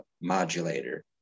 modulator